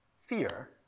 fear